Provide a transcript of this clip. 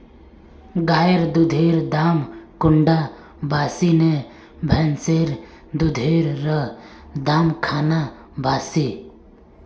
गायेर दुधेर दाम कुंडा बासी ने भैंसेर दुधेर र दाम खान बासी?